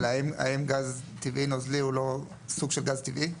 אבל האם גז טבעי נוזלי הוא לא סוג של גז טבעי?